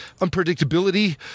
unpredictability